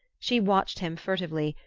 she watched him furtively,